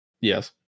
Yes